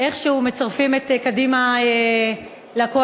איכשהו מצרפים את קדימה לקואליציה,